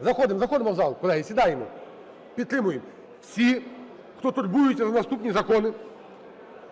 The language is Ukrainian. заходимо в зал, колеги, сідаємо. Підтримуємо! Всі, хто турбуються за наступні закони,